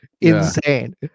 insane